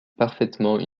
parfaitement